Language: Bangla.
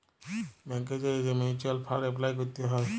ব্যাংকে যাঁয়ে যে মিউচ্যুয়াল ফাল্ড এপলাই ক্যরতে হ্যয়